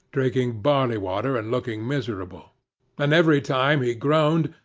drinking barley-water, and looking miserable and every time he groaned,